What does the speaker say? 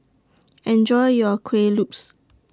Enjoy your Kueh Lopes